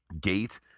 gate